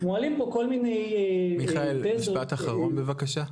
נואמים פה כל מיני --- מיכאל, משפט אחרון בבקשה.